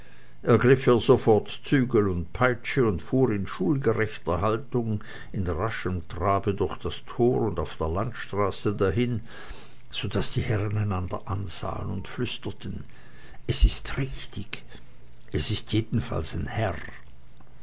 er sofort zügel und peitsche und fuhr in schulgerechter haltung in raschem trabe durch das tor und auf der landstraße dahin so daß die herren einander ansahen und flüsterten es ist richtig es ist jedenfalls ein herr